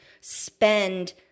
spend